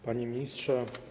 Panie Ministrze!